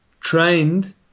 trained